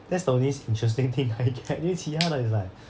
that's the only interesting thing I can I mean 其他的 is like